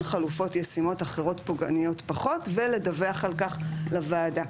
חלופות ישימות אחרות פוגעניות פחות ולדווח על כך לוועדה.